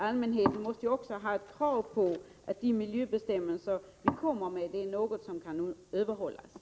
Allmänheten måste nämligen ha rätt att ställa krav på att de miljöbestämmelser som utfärdas också efterlevs.